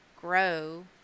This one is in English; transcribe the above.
grow –